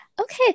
Okay